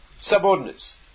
subordinates